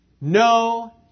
no